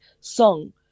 song